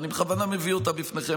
ובכוונה אני מביא אותה בפניכם.